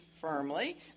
Firmly